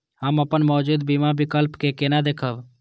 हम अपन मौजूद बीमा विकल्प के केना देखब?